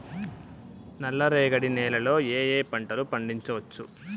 నల్లరేగడి నేల లో ఏ ఏ పంట లు పండించచ్చు?